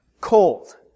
Cold